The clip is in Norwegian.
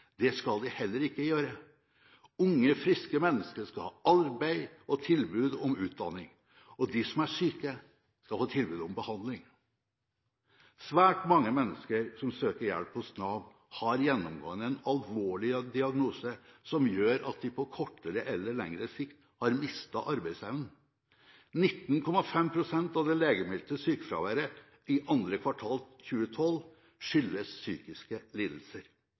Det skal de heller ikke gjøre. Unge, friske mennesker skal ha arbeid og tilbud om utdanning, og de som er syke, skal få tilbud om behandling. Svært mange mennesker som søker hjelp hos Nav, har gjennomgående en alvorlig diagnose som gjør at de på kortere eller lengre sikt har mistet arbeidsevnen. 19,5 pst. av det legemeldte sykefraværet i 2. kvartal 2012 skyldes psykiske lidelser. Halvparten av dette kan karakteriseres som lette psykiske lidelser.